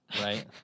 right